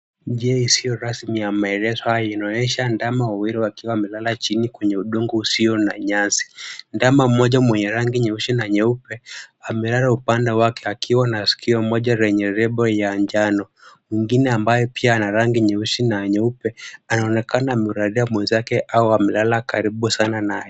Njia isio rasmi ameelewa Inonyesha ndama wawili wakiwa wamelala chini kwenye udongo usio na nyasi. Ndama mmoja mwenye rangi nyeusi na nyeupe amelala upande wake akiwa na skio moja lenye lebo ya njano. Mwingine ambaye pia ana rangi nyeusi na nyeupe anaonekana amelalia mwenzake au amelala karibu sana naye.